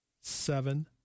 seven